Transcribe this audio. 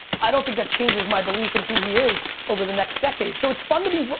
i don't think that changes my belief in who he is over the next decade. so it's fun to be,